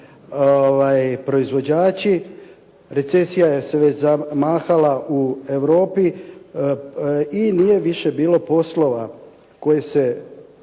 proizvođači, recesija se već zamahala u Europi i nije više bilo poslova koji su